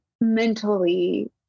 mentally